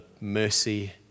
mercy